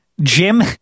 Jim